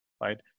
right